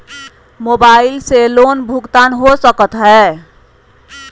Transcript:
Mobile से loan भुगतान हो सकता है?